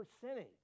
percentage